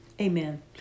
Amen